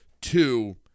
two